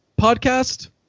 podcast